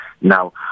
Now